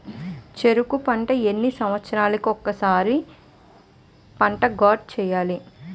చెరుకు పంట ఎన్ని సంవత్సరాలకి ఒక్కసారి పంట కార్డ్ చెయ్యాలి?